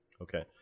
okay